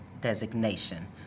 designation